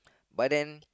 but then